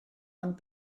ond